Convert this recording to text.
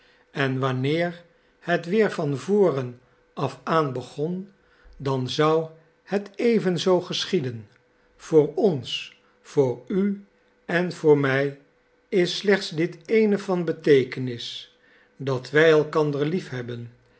en wanneer het weer van voren af aan begon dan zou het evenzo geschieden voor ons voor u en voor mij is slechts dit ééne van betekenis dat wij elkander liefhebben